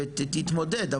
ותתמודד,